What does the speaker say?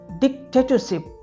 dictatorship